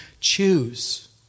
choose